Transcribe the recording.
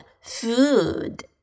food